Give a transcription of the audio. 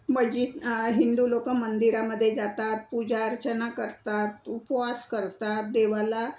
मजिद हिंदू लोक मंदिरामध्ये जातात पूजा अर्चना करतात उपवास करतात देवाला